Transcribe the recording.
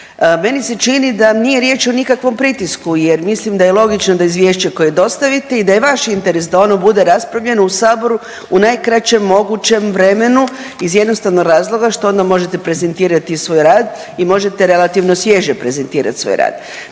Meni se čini da nije riječ o nikakvom pritisku jer mislim da je logično da izvješće koje dostavite i da je vaš interes da ono bude raspravljeno u saboru u najkraćem mogućem vremenu iz jednostavnog razloga što onda možete prezentirati svoj rad i možete relativno svježe prezentirati svoj rad.